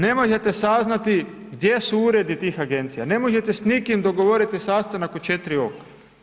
Ne možete saznati gdje su uredi tih agencija, ne možete s nikim dogovoriti sastanak u četiri oka.